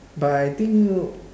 but I think